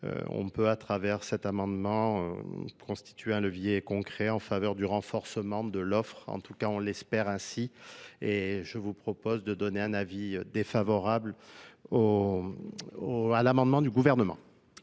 on peut, à travers cet amendement, constituer un levier concret en faveur du renforcement de l'offre, en tout cas, nous l'espère ainsi, et je vous propose de donner un avis défavorable au à l'amendement du Gouvernement.